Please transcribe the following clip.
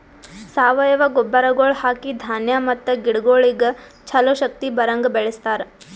ಸಾವಯವ ಗೊಬ್ಬರಗೊಳ್ ಹಾಕಿ ಧಾನ್ಯ ಮತ್ತ ಗಿಡಗೊಳಿಗ್ ಛಲೋ ಶಕ್ತಿ ಬರಂಗ್ ಬೆಳಿಸ್ತಾರ್